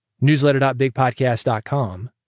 newsletter.bigpodcast.com